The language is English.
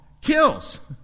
kills